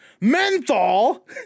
menthol